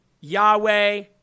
Yahweh